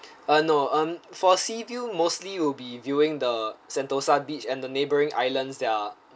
uh no um for sea view mostly will be viewing the sentosa beach and the neighbouring islands there are